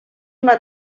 una